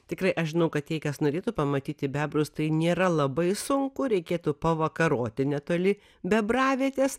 tikrai aš žinau kad tie kas norėtų pamatyti bebrus tai nėra labai sunku reikėtų pavakaroti netoli bebravietės